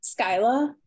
Skyla